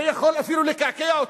זה יכול אפילו לקעקע אותו.